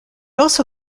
also